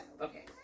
okay